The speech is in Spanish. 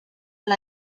una